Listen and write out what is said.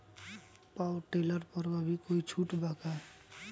Power tiller पर अभी कोई छुट बा का?